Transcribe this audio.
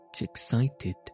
excited